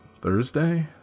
Thursday